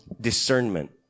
discernment